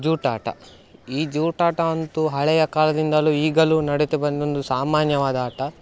ಜೂಟಾಟ ಈ ಜೂಟಾಟ ಅಂತೂ ಹಳೆಯ ಕಾಲದಿಂದಲೂ ಈಗಲೂ ನಡೆದು ಬಂದ ಒಂದು ಸಾಮಾನ್ಯವಾದ ಆಟ